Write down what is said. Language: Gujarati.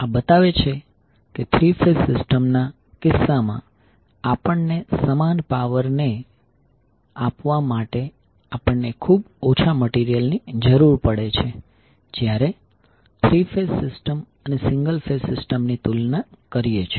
આ બતાવે છે કે થ્રી ફેઝ સિસ્ટમના કિસ્સામઆપણને સમાન પાવર ને આપવા માટે આપણને ખૂબ ઓછા મટીરીયલ ની જરૂર પડે છે જયારે થ્રી ફેઝ સિસ્ટમ અને સિંગલ ફેઝ સિસ્ટમ ની તુલના કરીએ છીએ